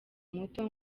muto